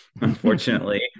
unfortunately